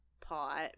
pot